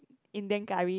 Indian curry